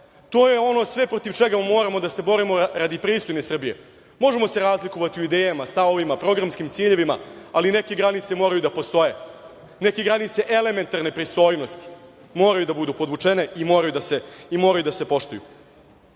je ono sve protiv čega moramo da se borimo, radi pristojne Srbije. Možemo se razlikovati u idejama, stavovima, programskim ciljevima, ali neke granice moraju da postoje, neke granice elementarne pristojnosti moraju da budu podvučene i moraju da se poštuju. Ono